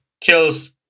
kills